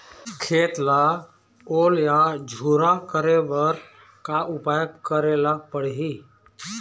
खेत ला ओल या झुरा करे बर का उपाय करेला पड़ही?